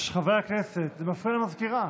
חברי הכנסת, זה מפריע למזכירה.